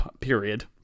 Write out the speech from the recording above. Period